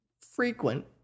frequent